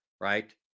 right